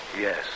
Yes